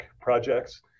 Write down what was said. projects